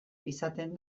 izaten